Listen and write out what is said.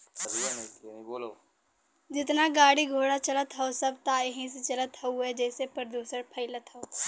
जेतना गाड़ी घोड़ा चलत हौ सब त एही से चलत हउवे जेसे प्रदुषण फइलत हौ